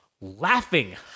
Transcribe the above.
laughing